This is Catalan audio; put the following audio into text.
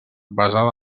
basada